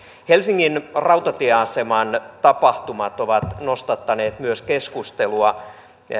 helsingin rautatieaseman tapahtumat ovat nostattaneet myös keskustelua